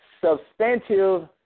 substantive